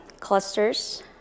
clusters